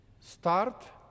Start